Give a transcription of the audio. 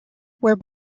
where